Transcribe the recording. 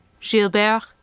Gilbert